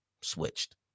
switched